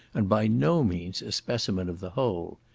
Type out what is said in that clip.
and by no means a specimen of the whole.